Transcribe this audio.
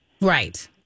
Right